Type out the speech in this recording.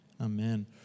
Amen